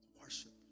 Worship